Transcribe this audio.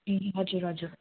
ए हजुर हजुर